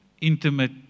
intimate